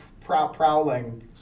prowling